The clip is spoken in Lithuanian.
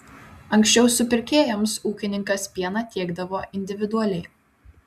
anksčiau supirkėjams ūkininkas pieną tiekdavo individualiai